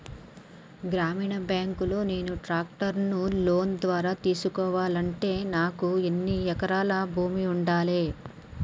గ్రామీణ బ్యాంక్ లో నేను ట్రాక్టర్ను లోన్ ద్వారా తీసుకోవాలంటే నాకు ఎన్ని ఎకరాల భూమి ఉండాలే?